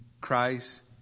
Christ